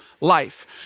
life